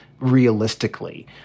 realistically